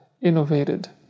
innovated